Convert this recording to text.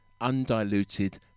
undiluted